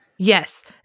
yes